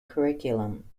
curriculum